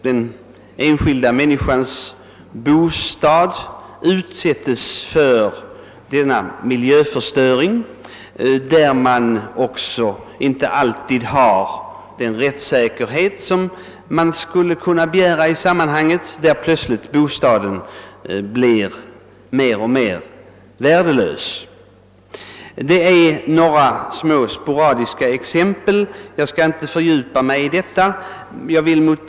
Den enskilda människans bostad kan helt plötsligt komma att utsättas för denna miljöförstöring, och den enskilde har i sådana sammanhang inte heller alltid den rättssäkerhet man kan begära i samband med att bostaden blir mer eller mindre värdelös. Jag skall inte fördjupa mig i dessa frågor.